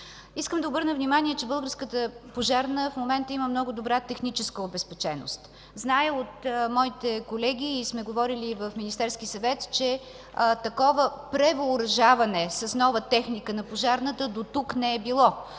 Искам да обърна внимание, че българската Пожарна в момента има много добра техническа обезпеченост. Зная от моите колеги и сме говорили и в Министерския съвет, че такова превъоръжаване с нова техника на Пожарната дотук не е било.